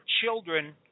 children